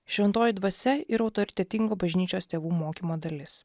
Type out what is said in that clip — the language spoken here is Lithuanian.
šventoji dvasia ir autoritetingo bažnyčios tėvų mokymo dalis